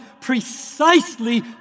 precisely